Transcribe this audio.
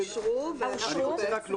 אושרו ו --- אני רוצה רק לומר,